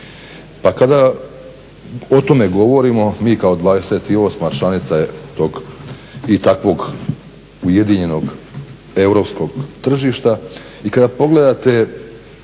Pa kada o tome govorimo, mi kao 28. članica tog i takvog ujedinjenog europskog tržišta i kada pogledate,